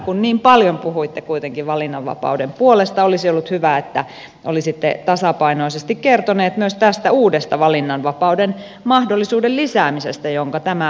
kun niin paljon puhuitte kuitenkin valinnanvapauden puolesta olisi ollut hyvä että olisitte tasapainoisesti kertoneet myös tästä uudesta valinnanvapauden mahdollisuuden lisäämisestä jonka tämä vaihtoehto tuo